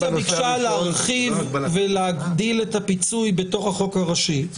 האופוזיציה ביקשה להרחיב ולהגדיל את הפיצוי בתוך החוק הראשי.